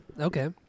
Okay